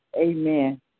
amen